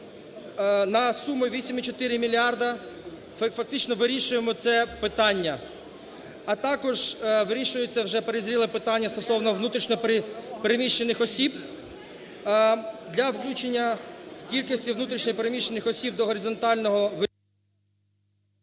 на суму 8,4 мільярда, фактично, вирішуємо це питання. А також вирішується вже перезріле питання стосовно внутрішньо переміщених осіб для включення кількості внутрішньо переміщених осіб до горизонтального… Веде